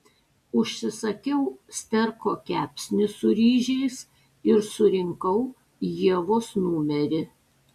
užsisakiau sterko kepsnį su ryžiais ir surinkau ievos numerį